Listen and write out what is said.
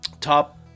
Top